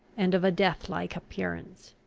and of a death-like appearance.